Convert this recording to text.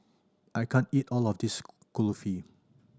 I can't eat all of this Kulfi